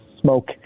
smoke